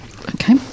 Okay